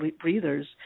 breathers